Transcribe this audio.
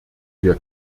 wir